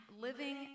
living